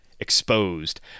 exposed